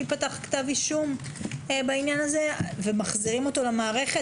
יוגש כתב אישום בעניין הזה ומחזירים אותו למערכת,